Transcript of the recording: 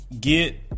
get